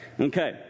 Okay